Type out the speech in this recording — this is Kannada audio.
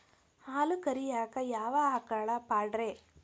ಹಾಲು ಕರಿಯಾಕ ಯಾವ ಆಕಳ ಪಾಡ್ರೇ?